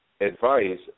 advice